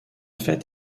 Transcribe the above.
fait